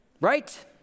right